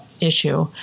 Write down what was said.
issue